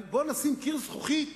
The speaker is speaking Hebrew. בוא נשים קיר זכוכית,